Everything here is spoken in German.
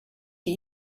die